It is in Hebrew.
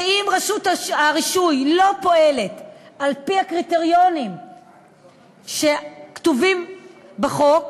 שאם רשות הרישוי לא פועלת על-פי הקריטריונים שכתובים בחוק,